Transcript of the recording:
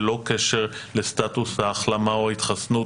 ללא קשר לסטטוס ההחלמה או ההתחסנות,